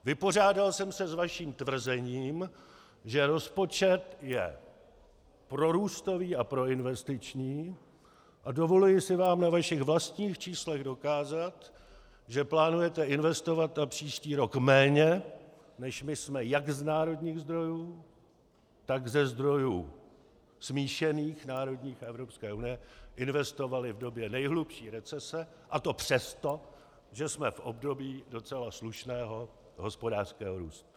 Vypořádal jsem se s vaším tvrzením, že rozpočet je prorůstový a proinvestiční, a dovoluji si vám na vašich vlastních číslech dokázat, že plánujete investovat příští rok méně, než my jsme jak z národních zdrojů, tak ze zdrojů smíšených národních a EU investovali v době nejhlubší recese, a to přesto, že jsme v období docela slušného hospodářského růstu.